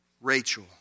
Rachel